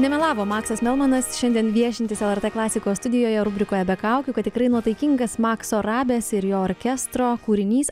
nemelavo maksas melmanas šiandien viešintis lrt klasikos studijoje rubrikoje be kaukių kad tikrai nuotaikingas makso rabės ir jo orkestro kūrinys